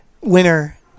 winner